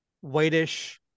whitish